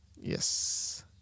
Yes